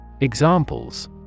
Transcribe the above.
Examples